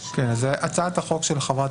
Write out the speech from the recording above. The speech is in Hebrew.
הצעת החוק של חברת